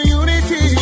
unity